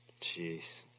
Jeez